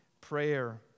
prayer